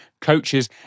coaches